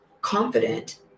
confident